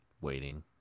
waiting